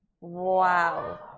Wow